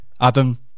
Adam